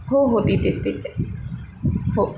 हो हो तिथेच तिथेच हो